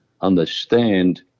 understand